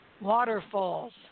Waterfalls